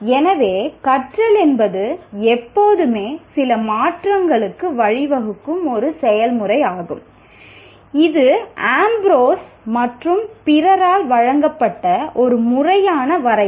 எனவே கற்றல் என்பது எப்போதுமே சில மாற்றங்களுக்கு வழிவகுக்கும் ஒரு செயல்முறையாகும் இது ஆம்ப்ரோஸ் மற்றும் பிறரால் வழங்கப்பட்ட ஒரு முறையான வரையறை